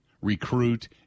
recruit